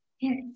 Yes